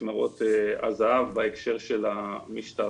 הזה"ב בהקשר של המשטרה.